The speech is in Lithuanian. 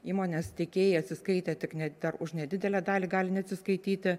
įmonės tiekėjai atsiskaitė tik ne už nedidelę dalį gali neatsiskaityti